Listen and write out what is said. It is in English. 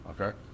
okay